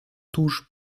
tuż